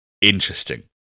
Interesting